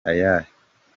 ayahe